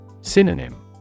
Synonym